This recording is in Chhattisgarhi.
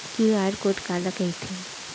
क्यू.आर कोड काला कहिथे?